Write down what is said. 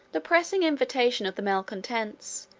the pressing invitation of the malecontents,